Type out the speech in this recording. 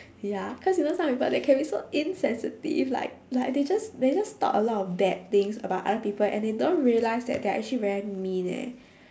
ya cause you know some people they can be so insensitive like like they just they just talk a lot of bad things about other people and they don't realise that they're actually very mean eh